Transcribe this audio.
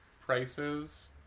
prices